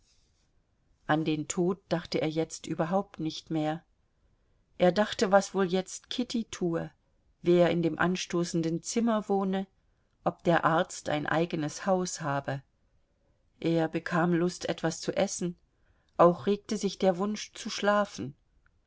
an den tod dachte er jetzt überhaupt nicht mehr er dachte was wohl jetzt kitty tue wer in dem anstoßenden zimmer wohne ob der arzt ein eigenes haus habe er bekam lust etwas zu essen auch regte sich der wunsch zu schlafen